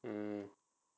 mm